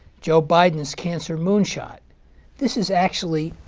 joe biden's cancer moonshot this is actually,